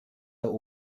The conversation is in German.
der